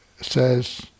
says